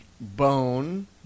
bone